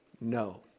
no